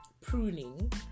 pruning